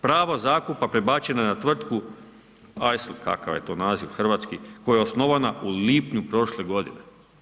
Pravo zakupa prebačeno je na tvrtku ... kakav je to naziv hrvatski, koja je osnovana u lipnju prošle godine.